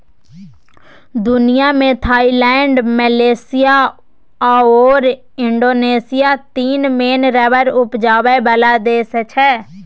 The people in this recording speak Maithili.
दुनियाँ मे थाइलैंड, मलेशिया आओर इंडोनेशिया तीन मेन रबर उपजाबै बला देश छै